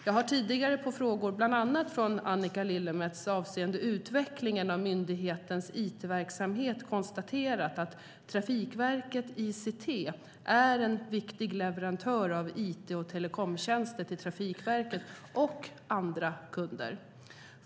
Jag har tidigare på frågor, bland annat från Annika Lillemets, avseende utvecklingen av myndighetens it-verksamhet konstaterat att Trafikverket ICT är en viktig leverantör av it och telekomtjänster till Trafikverket och andra kunder.